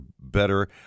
better